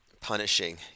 punishing